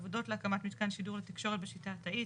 עבודות להקמת מיתקן שידור לתקשורת בשיטה התאית,